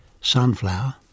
sunflower